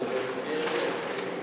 ההסתייגות השנייה של